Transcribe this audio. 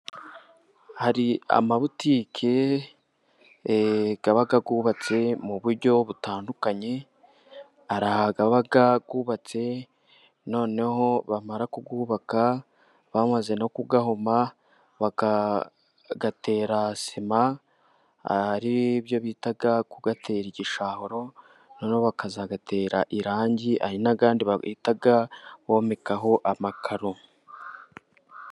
Hari amabutike aba yubatse mu buryo butandukanye, hari aba yubatse noneho bamara ku yubaka, bamaze no kuyahoma, bakayatera sima ari ibyo bita kuyatera igishahuro, noneho bakazayatera irangi, hari n'ayandi bahita bomekaho amakaro.